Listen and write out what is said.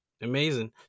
Amazing